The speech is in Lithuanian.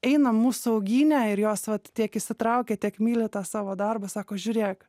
eina mūsų augyne ir jos vat tiek įsitraukia tiek myli tą savo darbą sako žiūrėk